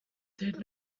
did